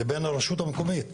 לבין הרשות המקומית.